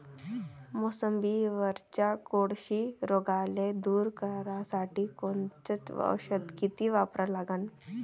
मोसंबीवरच्या कोळशी रोगाले दूर करासाठी कोनचं औषध किती वापरा लागन?